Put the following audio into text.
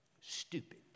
stupid